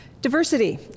Diversity